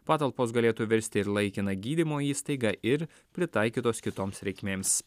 patalpos galėtų virsti ir laikina gydymo įstaiga ir pritaikytos kitoms reikmėms